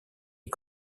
est